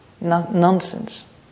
nonsense